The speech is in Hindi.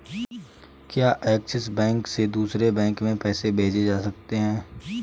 क्या ऐक्सिस बैंक से दूसरे बैंक में पैसे भेजे जा सकता हैं?